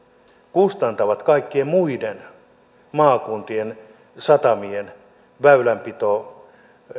kustantaa kaikkien muiden maakuntien satamien väylänpidon